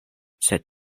sed